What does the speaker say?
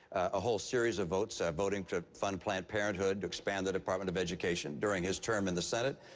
a whole series of votes. voting to fund planned parenthood, to expand the department of education. during his term in the senate,